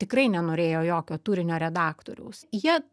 tikrai nenorėjo jokio turinio redaktoriaus jie